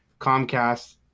Comcast